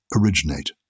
originate